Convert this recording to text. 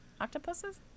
octopuses